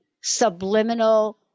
subliminal